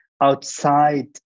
outside